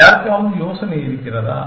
யாருக்காவது யோசனை இருக்கிறதா